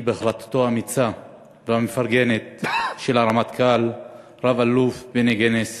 בהחלטתו האמיצה והמפרגנת של הרמטכ"ל רב-אלוף בני גנץ